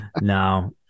No